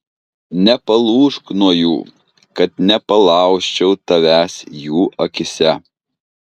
nepalūžk nuo jų kad nepalaužčiau tavęs jų akyse